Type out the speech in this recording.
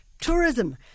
tourism